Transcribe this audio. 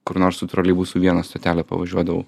kur nors su troleibusu vieną stotelę pavažiuodavau